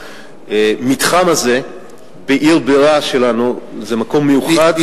והמתחם הזה בעיר הבירה שלנו הוא מקום מיוחד.